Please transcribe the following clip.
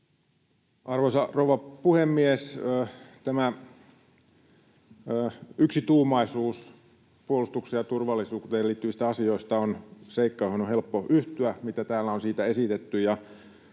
Arvoisa rouva puhemies! Tämä yksituumaisuus puolustukseen ja turvallisuuteen liittyvistä asioista on seikka, johon on helppo yhtyä ja siihen, mitä täällä on siitä esitetty.